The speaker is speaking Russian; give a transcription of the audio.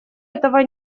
этого